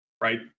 right